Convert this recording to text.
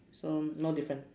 so no difference